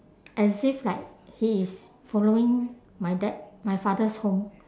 as if like he is following my dad my father's home